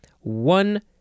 One